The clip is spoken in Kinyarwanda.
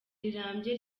rirambye